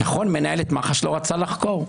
נכון, מנהלת מח"ש לא רצתה לחקור.